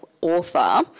author